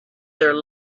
their